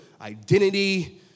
identity